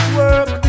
work